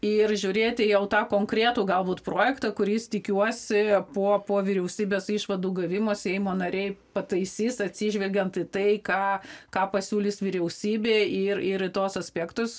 ir žiūrėti jau tą konkretų galbūt projektą kuris tikiuosi po po vyriausybės išvadų gavimo seimo nariai pataisys atsižvelgiant į tai ką ką pasiūlys vyriausybė ir ir į tuos aspektus